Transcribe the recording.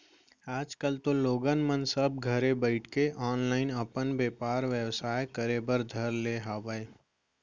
आज कल तो लोगन मन सब घरे बइठे ऑनलाईन अपन बेपार बेवसाय करे बर धर ले हावय